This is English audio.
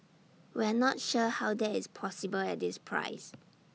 we're not sure how that is possible at this price